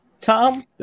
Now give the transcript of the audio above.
Tom